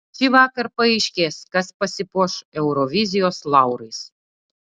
šįvakar paaiškės kas pasipuoš eurovizijos laurais